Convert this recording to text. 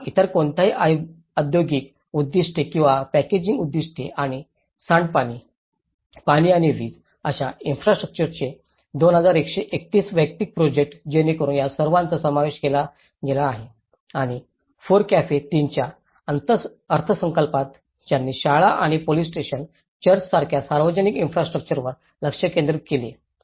किंवा इतर कोणत्याही औद्योगिक उद्दीष्टे किंवा पॅकेजिंग उद्दीष्टे आणि सांडपाणी पाणी आणि वीज अशा इन्फ्रास्ट्रउच्चरंचे 2131 वैयक्तिक प्रोजेक्ट जेणेकरून या सर्वांचा समावेश केला गेला आहे आणि फोरकफे 3 च्या अर्थसंकल्पात त्यांनी शाळा आणि पोलिस स्टेशन चर्च यासारख्या सार्वजनिक इन्फ्रास्ट्रउच्चरंवर लक्ष केंद्रित केले